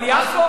אבל יפו?